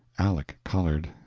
aleck colored,